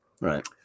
Right